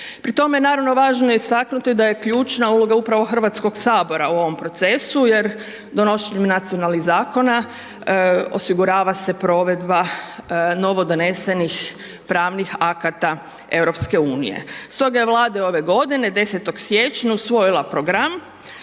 Pri tome je naravno važno istaknuti da je ključna uloga upravo Hrvatskog sabora u ovom procesu jer donošenjem nacionalnih zakona osigurava se provedba novodonesenih pravnih akata EU-a. Stoga je Vlada ove godine 10. siječnja usvojila program